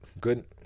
Good